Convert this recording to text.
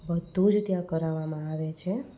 બધું જ ત્યાં કરાવામાં આવે છે